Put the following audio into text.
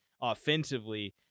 offensively